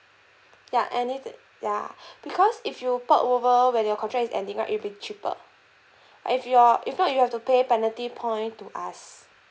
ya any~ ya because if you port over when your contract is ending right it'll be cheaper if you're if not you have to pay penalty point to us